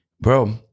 bro